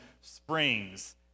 springs